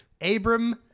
Abram